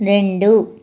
రెండు